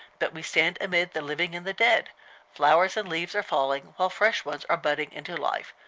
but we stand amid the living and the dead flowers and leaves are falling, while fresh ones are budding into life.